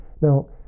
Now